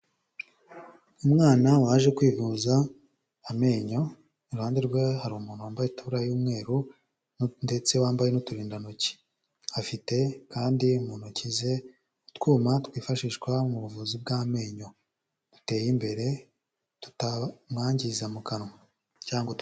Umwana waje kwivuza amenyo, iruhande rwe hari umuntu wambaye itaburiya y'umweru ndetse wambaye n'uturindantoki, afite kandi mu ntoki ze utwuma twifashishwa mu buvuzi bw'amenyo duteye imbere, tutamwangiza mu kanwa cyangwa.